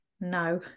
No